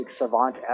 savant